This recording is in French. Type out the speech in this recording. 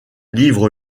livre